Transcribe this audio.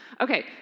Okay